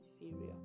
inferior